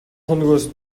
хоногоос